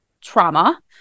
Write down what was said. trauma